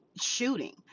shooting